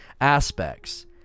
aspects